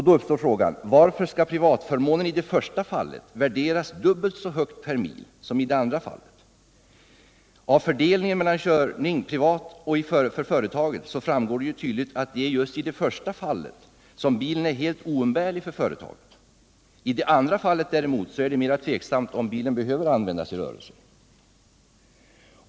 Då uppstår frågan: Varför skall privatförmånen i det första fallet värderas dubbelt så högt per mil som i det andra fallet? Av fördelningen mellan privat körning och körning för företaget framgår tydligt att det är just i det första fallet som bilen är helt oumbärlig för företaget. I det andra fallet däremot är det mera tveksamt om bilen behöver användas i rörelsen.